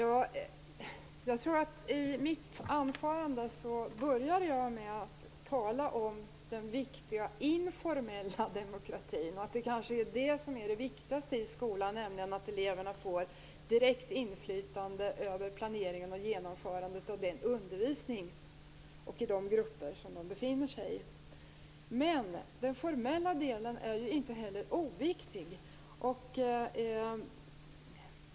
Herr talman! I mitt anförande började jag med att tala om den viktiga informella demokratin och att det kanske viktigaste i skolan är att eleverna får direkt inflytande över planeringen och genomförandet av sin undervisning i de grupper som de befinner sig i. Men den formella delen är inte heller oviktig.